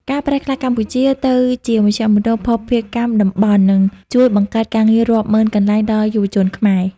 ការប្រែក្លាយកម្ពុជាទៅជា "មជ្ឈមណ្ឌលភស្តុភារកម្មតំបន់" នឹងជួយបង្កើតការងាររាប់ម៉ឺនកន្លែងដល់យុវជនខ្មែរ។